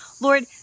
Lord